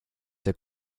are